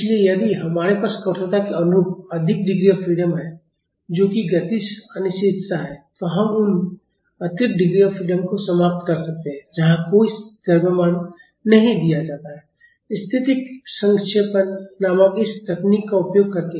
इसलिए यदि हमारे पास कठोरता के अनुरूप अधिक डिग्री ऑफ फ्रीडम है जो कि गतिज अनिश्चितता है तो हम उन अतिरिक्त डिग्री ऑफ फ्रीडम को समाप्त कर सकते हैं जहां कोई द्रव्यमान नहीं दिया जाता है स्थैतिक संक्षेपण नामक इस तकनीक का उपयोग करके